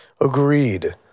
agreed